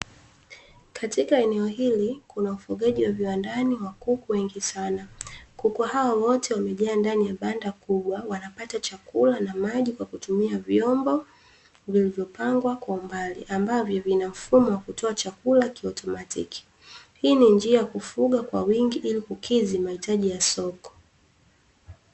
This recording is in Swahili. Katika eneo hili kuna ufugaji wa viwandani wa kuku wengi sana, kuku hawa wote wamejaa ndani ya banda kubwa, wanapata chakula na maji kwa kutumia vyombo vilivyopangwa kwa umbali, ambavyo vinamfumo wa kutoa chakula kiautomatiki, hii ni njia ya kufuga kwa wingi ili kukidhi mahitaji ya soko.